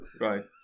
Right